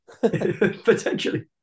Potentially